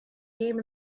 game